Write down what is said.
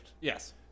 Yes